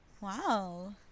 wow